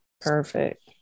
Perfect